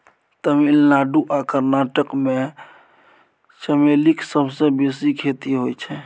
तमिलनाडु आ कर्नाटक मे चमेलीक सबसँ बेसी खेती होइ छै